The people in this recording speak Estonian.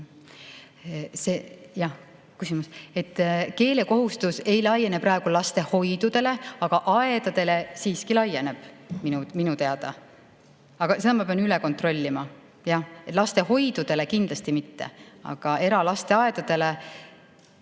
kirjalikult. Keelekohustus ei laiene praegu lastehoidudele, aga lasteaedadele siiski laieneb minu teada. Aga seda ma pean üle kontrollima. Jah, lastehoidudele kindlasti mitte. Aga eralasteaedadele?